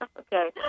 Okay